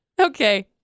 Okay